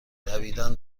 دویدن